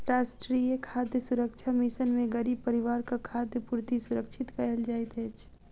राष्ट्रीय खाद्य सुरक्षा मिशन में गरीब परिवारक खाद्य पूर्ति सुरक्षित कयल जाइत अछि